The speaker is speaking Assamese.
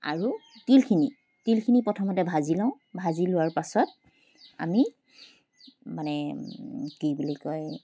আৰু তিলখিনি তিলখিনি প্ৰথমতে ভাজি লওঁ ভাজি লোৱাৰ পাছত আমি মানে কি বুলি কয়